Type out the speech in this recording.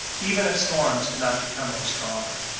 even if storms do not become any stronger.